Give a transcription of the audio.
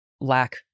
lack